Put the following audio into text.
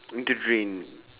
in the drain